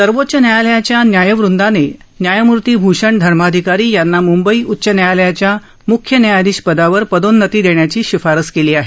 सर्वोच्च न्यायालयाच्या न्यायवंदाने न्यायमूर्ती भूषण धर्माधिकारी यांना मुंबई उच्च न्यायालयाच्या मुख्य न्यायाधीश पदावर पदोन्नती देण्याची शिफारस केली आहे